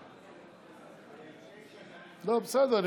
לא, בסדר.